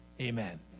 Amen